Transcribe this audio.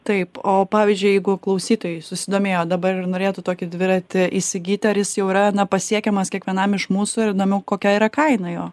taip o pavyzdžiui jeigu klausytojai susidomėjo dabar ir norėtų tokį dviratį įsigyt ar jis jau yra na pasiekiamas kiekvienam iš mūsų ir įdomu kokia yra kaina jo